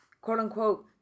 quote-unquote